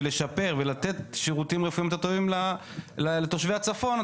לשפר ולתת שירותים רפואיים יותר טובים לתושבי הצפון,